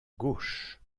gauche